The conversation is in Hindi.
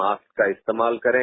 मास्क का इस्तेमाल करें